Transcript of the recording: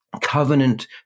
covenant